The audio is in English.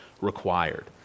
required